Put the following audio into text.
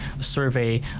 survey